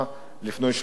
לפני שלוש שנים?